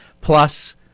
plus